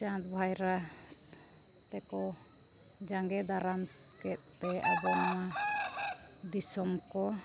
ᱪᱟᱸᱫᱽᱼᱵᱷᱟᱭᱨᱟ ᱛᱟᱠᱚ ᱡᱟᱸᱜᱮ ᱫᱟᱨᱟᱢ ᱠᱮᱫᱛᱮ ᱟᱵᱚ ᱱᱚᱣᱟ ᱫᱤᱥᱚᱢ ᱠᱚ